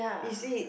you see